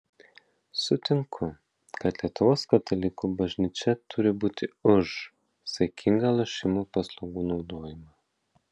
sutinku kad lietuvos katalikų bažnyčia turi būti už saikingą lošimų paslaugų naudojimą